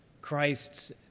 Christ's